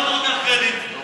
למה אתה לוקח קרדיט?